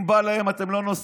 אם בא להם, אתם לא נוסעים.